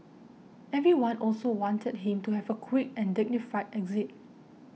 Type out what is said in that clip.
everyone also wanted him to have a quick and dignified exit